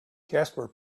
casper